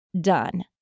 done